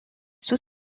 sous